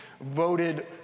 voted